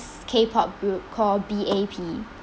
K pop group called B_A_P